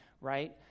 right